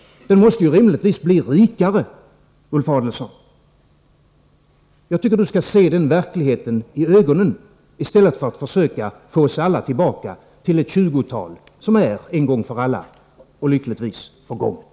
Den måste rimligtvis bli rikare, Ulf Adelsohn. Jag tycker att Ulf Adelsohn skall se den verkligheten i ögat, i stället för att försöka få oss alla tillbaka till ett 20-tal som en gång för alla och lyckligtvis är förgånget.